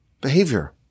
behavior